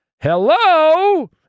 hello